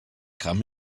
kam